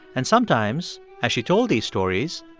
and sometimes, as she told the stories,